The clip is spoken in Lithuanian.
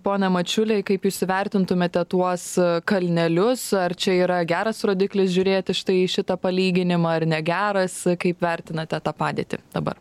pone mačiuliai kaip jūs įvertintumėte tuos kalnelius ar čia yra geras rodiklis žiūrėti štai šitą palyginimą ar ne geras kaip vertinate tą padėtį dabar